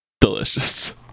Delicious